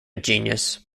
genius